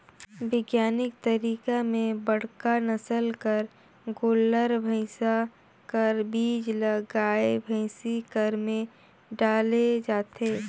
बिग्यानिक तरीका में बड़का नसल कर गोल्लर, भइसा कर बीज ल गाय, भइसी कर में डाले जाथे